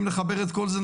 אם נחבר את כל זה,